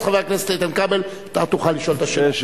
חבר הכנסת איתן כבל, אתה תוכל לשאול את השאלה.